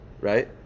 right